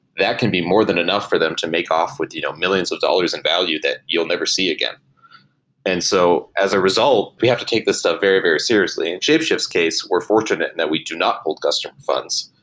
that can be more than enough for them to make off with you know millions of dollars in value that you'll never see again and so as a result, we have to take this stuff very, very seriously. in shapeshift's case, we're fortunate and that we do not hold customer funds.